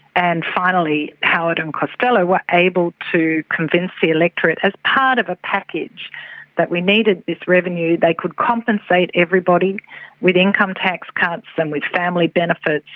and finally howard and costello were able to convince the electorate as part of a package that we needed this revenue, they could compensate everybody with income tax cuts and with family benefits,